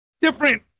different